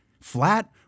flat